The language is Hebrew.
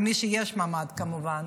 למי שיש ממ"ד כמובן.